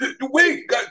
wait